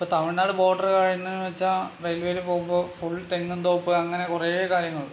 ഇപ്പോൾ തമിഴ്നാട് ബോഡർ ആയിയെന്ന് വെച്ചാൽ റെയിൽ വേയിൽ പോകുമ്പോൾ ഫുൾ തെങ്ങിൻ തോപ്പ് അങ്ങനെ കുറേ കാര്യങ്ങളുണ്ട്